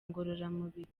ngororamubiri